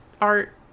art